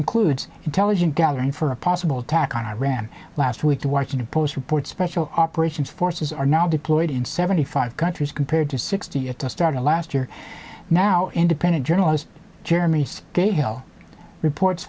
includes intelligence gathering for a possible attack on iran last week the washington post reports special operations forces are now deployed in seventy five countries compared to sixty at the start of last year now independent journalist jeremy scahill reports